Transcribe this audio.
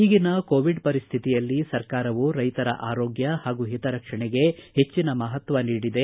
ಈಗಿನ ಕೊವಿಡ್ ಪರಿಸ್ಥಿತಿಯಲ್ಲಿ ಸರ್ಕಾರವು ರೈತರ ಆರೋಗ್ಯ ಹಾಗೂ ಹಿತರಕ್ಷಣೆಗೆ ಹೆಚ್ಚಿನ ಮಹತ್ವ ನೀಡಿದೆ